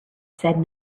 said